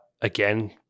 Again